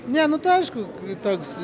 ne nu tai aišku toks